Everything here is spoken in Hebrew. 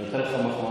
הוא נתן לך מחמאה.